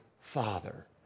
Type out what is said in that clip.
father